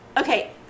Okay